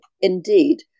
indeed